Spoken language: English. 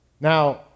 Now